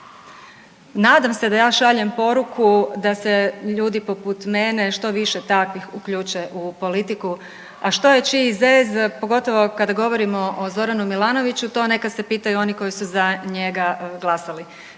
Nadam se da ja šaljem poruku da se ljudi poput mene, što više takvih uključe u politiku, a što je čiji zez, pogotovo kada govorimo o Zoranu Milanoviću, to neka se pitaju oni koji su za njega glasali.